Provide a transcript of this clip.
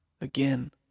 again